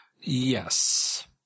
Yes